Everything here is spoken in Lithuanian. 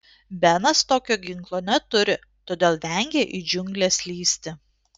benas tokio ginklo neturi todėl vengia į džiungles lįsti